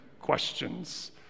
questions